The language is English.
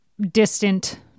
distant